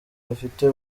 bafite